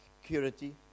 security